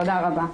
תודה רבה.